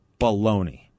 Baloney